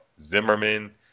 Zimmerman